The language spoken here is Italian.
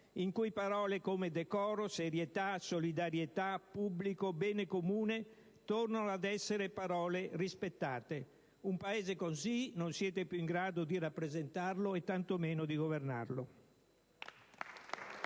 in cui parole come decoro, serietà, solidarietà, pubblico, bene comune tornano a essere parole rispettate. Un Paese così non siete più in grado di rappresentarlo, tantomeno di governarlo.